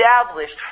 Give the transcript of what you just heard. established